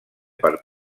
per